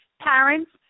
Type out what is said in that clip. Parents